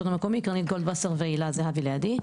המקומי קרנית גולדווסר והילה זהבי לידי.